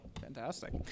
fantastic